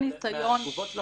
מהתגובות שלכם,